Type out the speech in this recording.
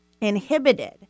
inhibited